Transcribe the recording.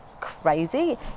crazy